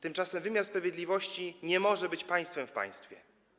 Tymczasem wymiar sprawiedliwości nie może być państwem w państwie.